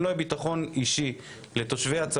אם לא יהיה לתושבי הצפון